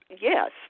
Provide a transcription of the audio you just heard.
yes